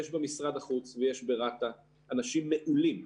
יש במשרד החוץ ויש ברת"א אנשים מעולים.